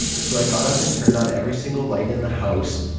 so i got up and turned on every single light in the house.